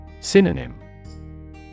Synonym